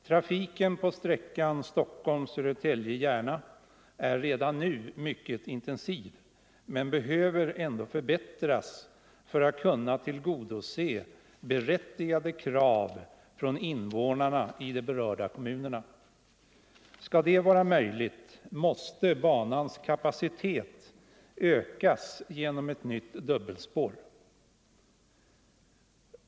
Trafiken på den senare delen av sträckan är redan nu mycket intensiv men behöver ändå förbättras för att kunna tillgodose berättigade krav från invånarna i de berörda kommunerna. Skall det vara möjligt måste banans kapacitet ökas genom ett nytt dubbelspår.